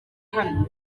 hano